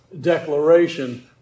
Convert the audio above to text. declaration